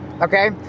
okay